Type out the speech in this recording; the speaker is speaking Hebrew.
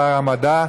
שר המדע.